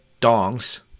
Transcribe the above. dongs